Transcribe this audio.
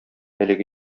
әлеге